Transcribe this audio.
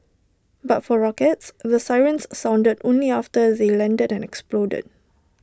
but for rockets the sirens sounded only after they landed and exploded